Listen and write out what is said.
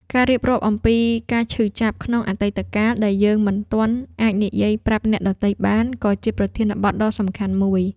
ការរៀបរាប់អំពីការឈឺចាប់ក្នុងអតីតកាល ដែលយើងមិនទាន់អាចនិយាយប្រាប់អ្នកដទៃបាន ក៏ជាប្រធានបទដ៏សំខាន់មួយ។